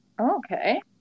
Okay